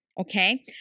Okay